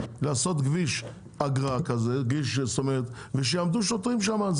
לעשות כביש אגרה כזה ושיעמדו שוטרים שמה,